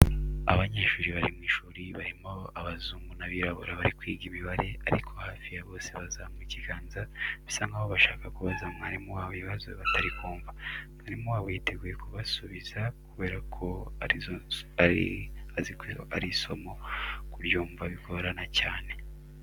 Abanyeshuri bari mu ishuri barimo abazungu n'abirabura bari kwiga imibare ariko hafi ya bose bazamuye ikiganza bisa nkaho bashaka kubaza mwarimu wabo ibibazo batari kumva. Mwarimu wabo yiteguye kubasubiza kubera ko azi ko iri somo kuryumva bigorana cyane.